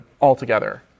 altogether